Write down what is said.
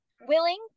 willing